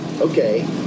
okay